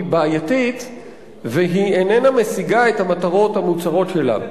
בעייתית והיא איננה משיגה את המטרות המוצהרות שלה.